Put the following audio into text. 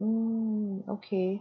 mm okay